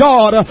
God